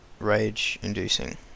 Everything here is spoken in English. rage-inducing